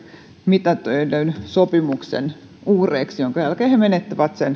mitätöidyn sopimuksen uhreiksi jonka jälkeen he menettävät